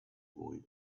boy